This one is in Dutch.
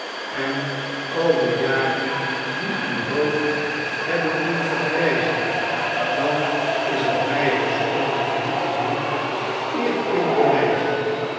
en al de jaren die uw hoofd hebben doen vergrijzen dan is t mij alsof wij u niet genioeg eer kunnen bewijzen